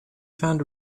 found